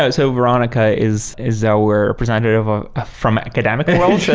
ah so veronica is is our representative ah ah from academic world.